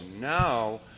now